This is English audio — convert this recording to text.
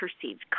perceived